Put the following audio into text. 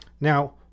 now